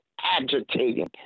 agitating